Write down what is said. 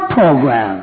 program